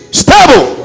stable